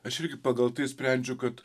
aš irgi pagal tai sprendžiu kad